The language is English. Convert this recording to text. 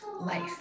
life